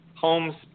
homes